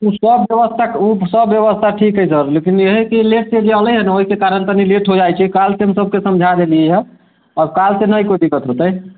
ई सब व्यवस्था ई सब व्यवस्था ठीक ठीक अय सर लेकिन एहे की ओ लेट से जे आबऽ ने ओहिके कारण तनी लेट हो जाइ छै कल सबके समझाय देलियै यऽ काल से नहि कोइ दिक्कत हेतै